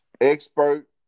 expert